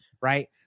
Right